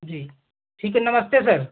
जी ठीक है नमस्ते सर